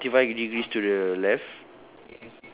forty forty five degrees to the left